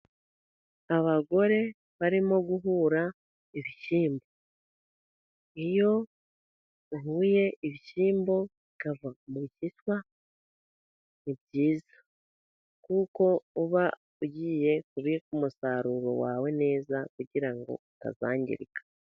Abagore barimo guhura ibishyimbo, iyo uhuye ibishyimbo, bikava mu bishishwa ni byiza, kuko uba ugiye kubika umusaruro wawe neza, kugira ngo utazangirika.